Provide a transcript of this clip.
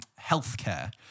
Healthcare